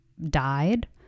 died